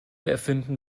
erfinden